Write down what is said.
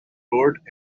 road